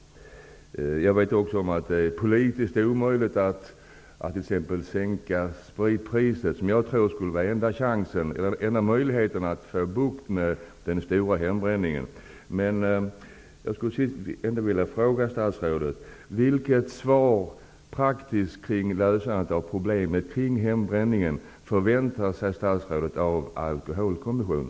Jag vet också att det är politiskt omöjligt att t.ex. sänka spritpriserna, vilket jag tror skulle vara den enda möjligheten att få bukt med den stora hembränningen.